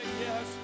yes